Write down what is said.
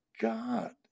God